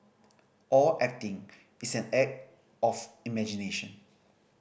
all acting is an act of imagination